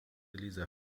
leser